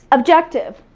objective,